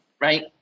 right